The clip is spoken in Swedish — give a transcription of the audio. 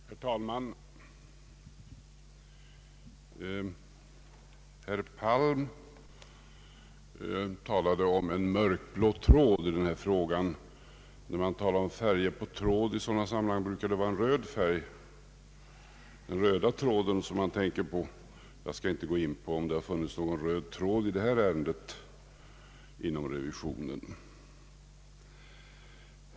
Herr talman! Herr Palm talade om en mörkblå tråd i den här frågan. När man i sådana sammanhang talar om färger på tråd brukar det vara en röd färg, det brukar vara den röda tråden som man tänker på. Jag skall inte gå in på frågan om det funnits någon röd tråd i det här ärendet inom revisionen.